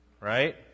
right